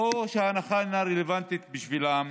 או שההנחה אינה רלוונטית בשבילם